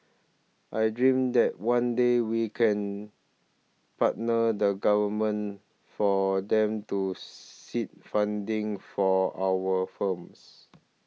I dream that one day we can partner the Government for them to seed funding for our farms